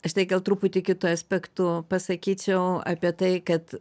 aš tai gal truputį kitu aspektu pasakyčiau apie tai kad